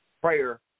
Prayer